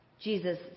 Jesus